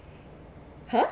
her